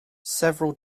several